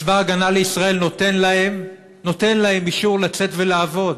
צבא ההגנה לישראל נותן להם אישור לצאת ולעבוד.